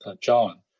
John